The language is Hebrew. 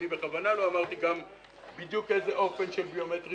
אני בכוונה לא אמרתי בדיוק איזה אופן של מענה ביומטרי